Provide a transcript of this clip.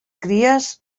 cries